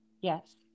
yes